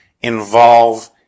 involve